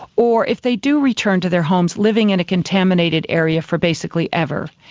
or if they do return to their homes, living in a contaminated area for basically ever.